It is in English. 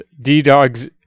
D-Dog's